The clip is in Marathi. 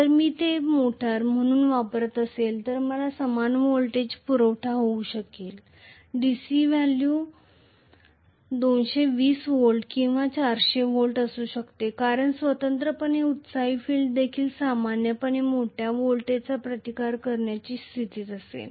जर मी ते मोटर म्हणून वापरत असेल तर मला समान व्होल्टेज पुरवठा होऊ शकेलDC व्हॅल्यू 220 व्होल्ट किंवा 400 व्होल्ट असू शकतात कारण स्वतंत्रपणे एक्साइटेड फील्ड देखील सामान्यपणे मोठ्या व्होल्टेजचा रेझिस्टन्स करण्याची स्थितीत असेल